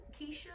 Keisha